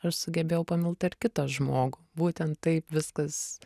aš sugebėjau pamilt ir kitą žmogų būtent taip viskas